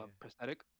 prosthetic